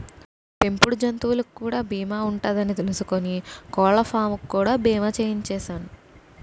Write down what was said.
పెంపుడు జంతువులకు కూడా బీమా ఉంటదని తెలుసుకుని కోళ్ళపాం కి బీమా చేయించిసేను